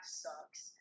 sucks